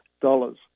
dollars